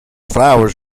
flowers